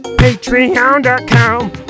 Patreon.com